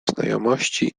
znajomości